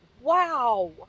Wow